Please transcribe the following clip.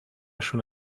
schon